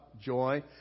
joy